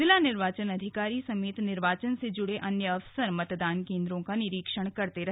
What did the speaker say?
जिला निर्वाचन अधिकारी समेत निर्वाचन से जुड़े अन्य अफसर मतदान केंद्रों का निरीक्षण करते रहे